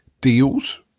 deals